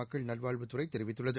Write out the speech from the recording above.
மக்கள் நல்வாழ்வுத்துறை தெரிவித்துள்ளது